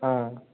हँ